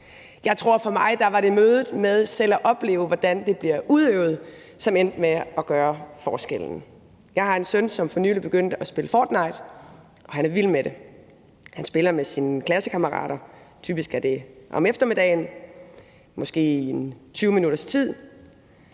Jeg tror, at for mig var det mødet med det og selv at opleve, hvordan det bliver udøvet, som endte med at gøre forskellen. Jeg har en søn, som for nylig begyndte at spille »Fortnite«, og han er vild med det. Han spiller med sine klassekammerater, typisk er det om eftermiddagen, måske en 20 minutters tid,